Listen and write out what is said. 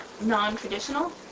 non-traditional